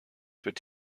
wird